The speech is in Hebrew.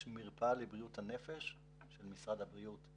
יש גם מרפאה לבריאות הנפש של משרד הבריאות.